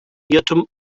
irrtum